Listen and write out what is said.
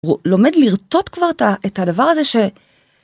הוא לומד לרטוט כבר את הדבר הזה ש...